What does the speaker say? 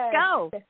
go